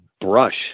brush